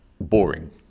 boring